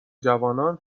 جوانان